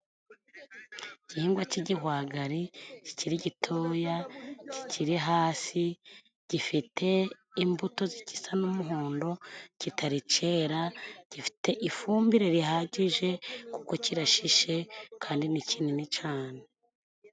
Igihingwa cy'igihwagari kikiri gitoya kikiri hasi, gifite imbuto zigisa n'umuhondo kitari cera, gifite ifumbire rihagije kuko kirashishe kandi ni kinini cane.